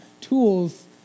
tools